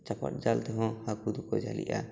ᱪᱟᱯᱟᱫ ᱡᱟᱞ ᱛᱮᱦᱚᱸ ᱦᱟᱹᱠᱩ ᱫᱚᱠᱚ ᱡᱷᱟᱹᱞᱤᱜᱼᱟ